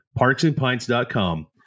parksandpints.com